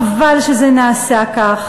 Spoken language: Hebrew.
חבל שזה נעשה כאן.